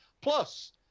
Plus